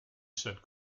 said